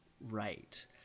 right